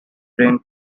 brain